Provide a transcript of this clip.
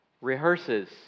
rehearses